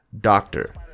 doctor